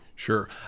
Sure